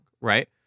right